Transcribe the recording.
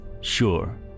Sure